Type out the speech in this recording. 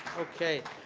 okay.